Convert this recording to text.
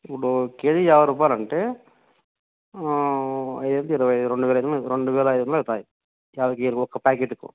ఇప్పుడు కేజీ యాభై రూపాయలంటే ఐదైదులు ఇరవైఐదు రెండు వేల రెండు వేల ఐదొందలు అవుతాయి యాభై కేజీ ఒక్క ప్యాకెట్కు